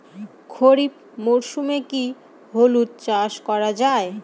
খরিফ মরশুমে কি হলুদ চাস করা য়ায়?